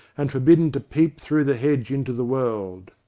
and forbidden to peep through the hedge into the world.